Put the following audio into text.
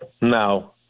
No